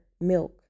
milk